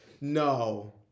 No